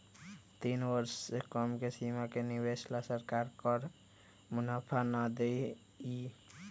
तीन वर्ष से कम के सीमा के निवेश ला सरकार कर मुनाफा ना देई